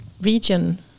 region